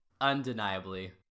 Undeniably